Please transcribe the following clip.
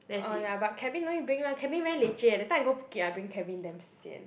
oh ya but cabin no need bring lah cabin very leceh that time I go Phuket I bring cabin damn sian